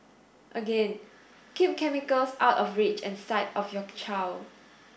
again keep chemicals out of reach and sight of your child